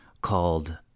called